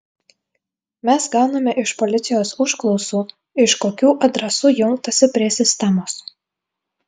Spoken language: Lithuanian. mes gauname iš policijos užklausų iš kokių adresų jungtasi prie sistemos